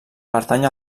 pertany